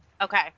Okay